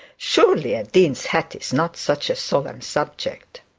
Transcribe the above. surely a dean's hat is not such a solemn subject